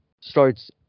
starts